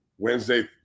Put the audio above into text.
Wednesday